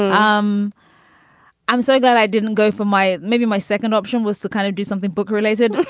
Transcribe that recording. um i'm so glad i didn't go for my maybe my second option was to kind of do something book related.